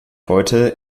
heute